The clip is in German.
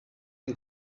den